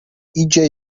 idzie